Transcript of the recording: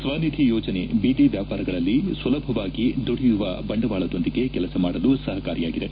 ಸ್ವನಿಧಿ ಯೋಜನೆ ಬೀದಿ ವ್ಯಾಪಾರಿಗಳಲ್ಲಿ ಸುಲಭವಾಗಿ ದುಡಿಯುವ ಬಂಡವಾಳದೊಂದಿಗೆ ಕೆಲಸ ಮಾಡಲು ಸಹಕಾರಿಯಾಗಿದೆ